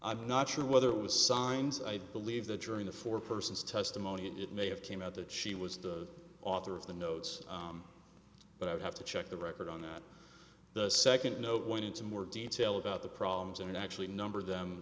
i'm not sure whether it was signs i believe that during the four persons testimony it may have came out that she was the author of the notes but i would have to check the record on that the second note went into more detail about the problems and actually number them